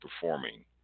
performing